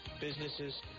businesses